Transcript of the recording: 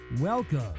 Welcome